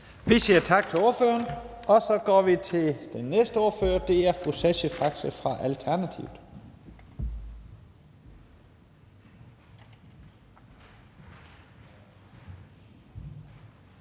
Vi siger tak til ordføreren, og så går vi til den næste ordfører. Det er fru Sascha Faxe fra Alternativet.